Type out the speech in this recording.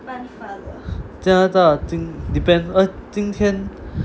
加拿大 depends uh 今天